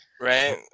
Right